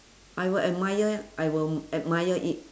I will admire I will admire it